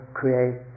create